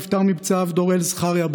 נפטר מפצעיו דוראל זכריה,